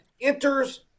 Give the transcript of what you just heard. enters